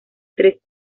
tres